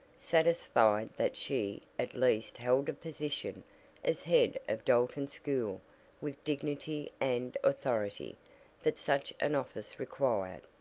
satisfied that she at least held a position as head of dalton school with dignity and authority that such an office required.